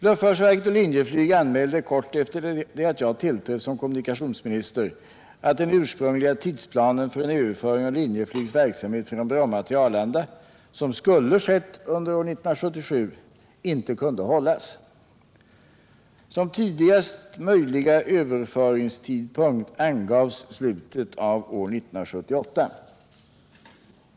Luftfartsverket och Linjeflyg anmälde kort efter det att jag tillträtt som kommunikationsminister att den ursprungliga tidsplanen för en överföring av Linjeflygs verksamhet från Bromma till Arlanda — som skulle skett under år 1977 — inte kunde hållas. Som tidigast möjliga överföringstidpunkt angavs slutet av år 1978.